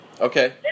Okay